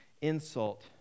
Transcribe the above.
insult